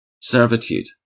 servitude